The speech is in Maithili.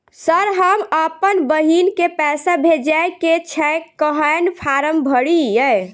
सर हम अप्पन बहिन केँ पैसा भेजय केँ छै कहैन फार्म भरीय?